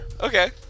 Okay